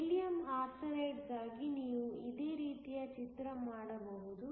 gallium ಆರ್ಸೆನೈಡ್ಗಾಗಿ ನೀವು ಇದೇ ರೀತಿಯ ಚಿತ್ರಣ ಮಾಡಬಹುದು